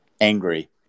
angry